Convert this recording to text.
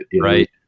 right